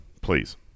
Please